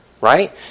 Right